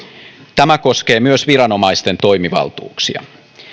tämä koskee myös viranomaisten toimivaltuuksia